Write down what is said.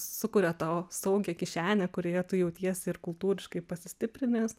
sukuria tau saugią kišenę kurioje tu jautiesi ir kultūriškai pasistiprinęs